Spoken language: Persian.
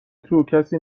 توکسی